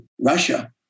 Russia